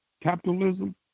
capitalism